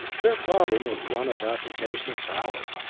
their problem was one of application of power.